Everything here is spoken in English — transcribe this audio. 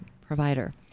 provider